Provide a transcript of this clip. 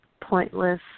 pointless